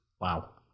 Wow